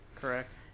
Correct